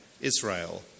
Israel